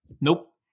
nope